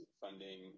funding